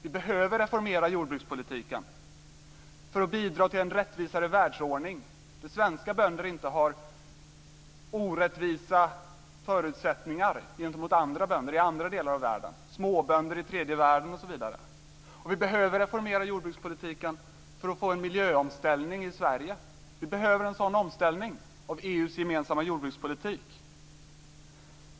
Vi behöver reformera jordbrukspolitiken för att bidra till en rättvisare världsordning, där svenska bönder inte har orättvisa förutsättningar gentemot andra bönder i andra delar av världen, t.ex. småbönder i tredje världen. Och vi behöver reformera jordbrukspolitiken för att få en miljöomställning i Sverige. Vi behöver en sådan omställning av EU:s gemensamma jordbrukspolitik.